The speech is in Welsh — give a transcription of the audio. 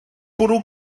bwrw